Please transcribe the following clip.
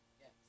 Yes